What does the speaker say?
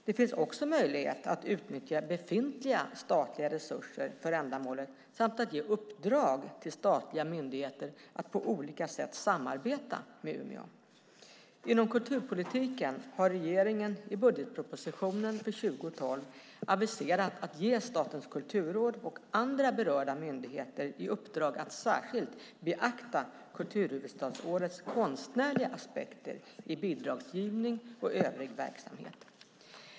Det finns också möjlighet att utnyttja befintliga statliga resurser för ändamålet samt att ge uppdrag till statliga myndigheter att på olika sätt samarbeta med Umeå. Inom kulturpolitiken har regeringen i budgetpropositionen för 2012 aviserat att ge Statens kulturråd och andra berörda myndigheter i uppdrag att särskilt beakta kulturhuvudstadsårets konstnärliga aspekter i bidragsgivning och övrig verksamhet.